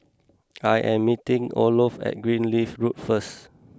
I am meeting Olof at Greenleaf Road first